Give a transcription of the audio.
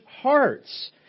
hearts